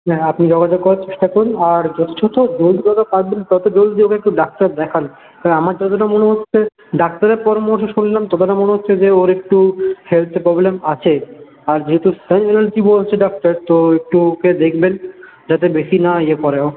হ্যাঁ আপনি যোগাযোগ করার চেষ্টা করুন আর ওকে চোখে চোখে রাখবেন আর যত জলদি পারবেন ওকে একটু ডাক্তার দেখান কারণ আমার যতটা মনে হচ্ছে ডাক্তারের পরামর্শ শুনলাম যতটা মনে হচ্ছে যে ওর একটু হেলথের প্রবলেম আছে আর যেহেতু বলছে ডক্টর তো একটু ওকে একটু দেখবেন যাতে বেশি না ইয়ে করে ও